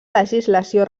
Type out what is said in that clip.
legislació